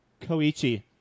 Koichi